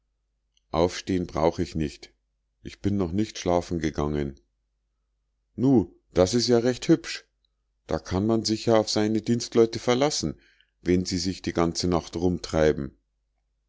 aufstehn brauch ich nicht ich bin noch nicht schlafen gegangen nu das is ja recht hübsch da kann man sich ja auf seine dienstleute verlassen wenn sie sich die ganze nacht rumtreiben